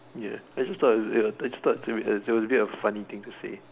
ya I just thought I just thought it was a bit of funny thing to say